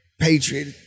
Patriot